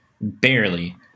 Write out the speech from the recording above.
barely